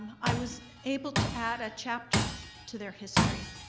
i was able to add a chapter to their history,